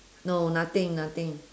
no nothing nothing